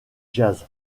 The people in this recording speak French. jazz